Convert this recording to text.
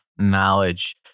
knowledge